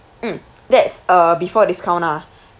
hmm that's uh before discount ah